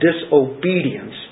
disobedience